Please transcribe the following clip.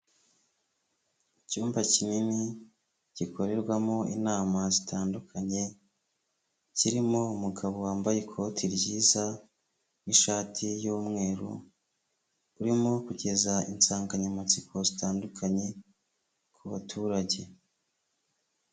Icyumba kinini gikorerwamo inama zitandukanye kirimo umugabo wambaye ikoti ryiza n'ishati y'umweru urimo kugeza insanganyamatsiko zitandukanye ku baturage.